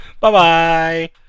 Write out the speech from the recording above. Bye-bye